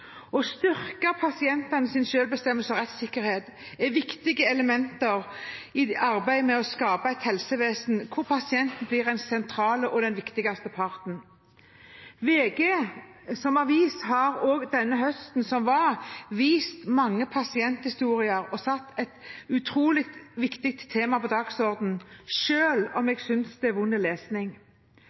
Å styrke pasientenes selvbestemmelse og rettssikkerhet er viktige elementer i arbeidet med å skape et helsevesen der pasienten blir den sentrale og viktigste parten. VG har også den høsten som var, vist mange pasienthistorier og satt et utrolig viktig tema på dagsordenen, og jeg synes det er vond lesning.